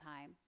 time